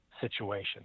situation